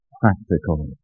practical